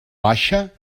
baixa